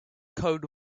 code